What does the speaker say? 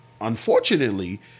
unfortunately